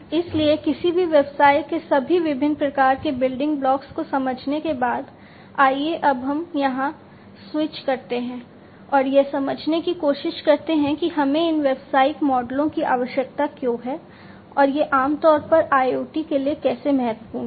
इसलिए किसी भी व्यवसाय के सभी विभिन्न प्रकार के बिल्डिंग ब्लॉक्स को समझने के बाद आइए अब हम यहाँ स्विच करते हैं और यह समझने की कोशिश करते हैं कि हमें इन व्यावसायिक मॉडलों की आवश्यकता क्यों है और ये आम तौर पर IoT के लिए कैसे महत्वपूर्ण हैं